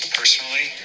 personally